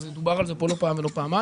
ודובר על זה פה לא פעם ולא פעמיים,